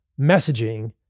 messaging